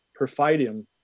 perfidium